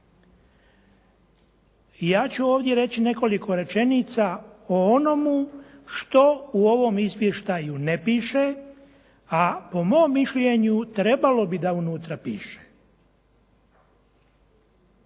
Ja ću ovdje reći nekoliko rečenica o onome što u ovom izvještaju ne piše a po mom mišljenju trebalo bi da unutra piše.